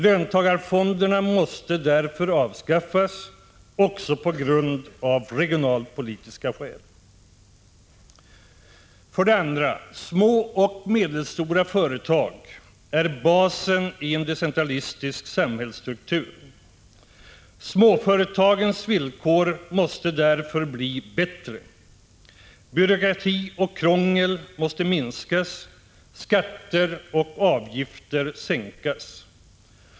Löntagarfonderna måste därför avskaffas också av regionalpolitiska skäl. 2. Små och medelstora företag är basen i en decentralistisk samhällsstruktur. Småföretagens villkor måste därför bli bättre. Byråkrati och krångel måste minskas, skatter och avgifter sänkas.